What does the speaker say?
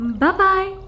Bye-bye